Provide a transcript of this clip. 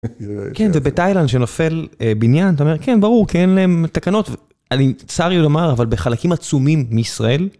כן זה בתאילנד, שנופל בניין אתה אומר כן ברור כי אין להם תקנות, אני צר לי לומר אבל בחלקים עצומים מישראל.